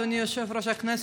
אדוני יושב-ראש הכנסת,